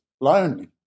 lonely